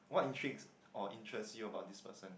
what intrigues or interests you about this person